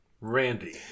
Randy